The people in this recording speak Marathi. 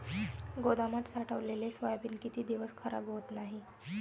गोदामात साठवलेले सोयाबीन किती दिवस खराब होत नाही?